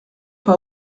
pas